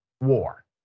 war